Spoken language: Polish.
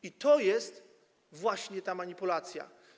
I to jest właśnie ta manipulacja.